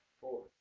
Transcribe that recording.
Four